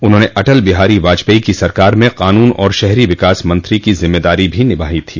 उन्होंने अटल बिहारी वाजपेयी की सरकार में कानून और शहरी विकास मंत्री की जिम्मेदारियां भी निभाई थी